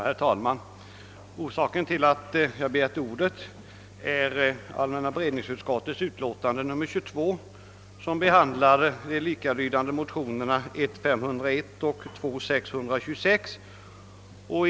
Herr talman! Jag har begärt ordet för att säga några ord om allmänna beredningsutskottets utlåtande nr 22, vari de likalydande motionerna I: 501 och II: 626 behandlas.